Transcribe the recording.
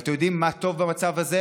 ואתם יודעים מה טוב במצב הזה?